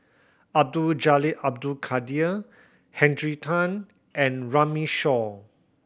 Abdul Jalil Abdul Kadir Henry Tan and Runme Shaw